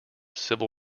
civil